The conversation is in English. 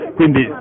quindi